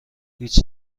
هیچ